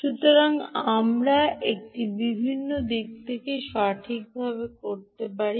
সুতরাং আমরা এটি বিভিন্ন দিক থেকে সঠিকভাবে করতে পারি